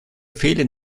fehlen